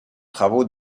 travaux